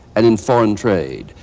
and in foreign trade.